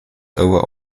over